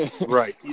Right